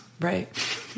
Right